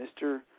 Mr